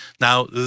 Now